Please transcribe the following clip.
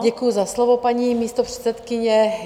Děkuji za slovo, paní místopředsedkyně.